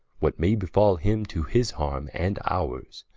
what may befall him, to his harme and ours.